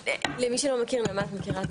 למי שלא מכיר את התוכנית,